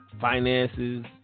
finances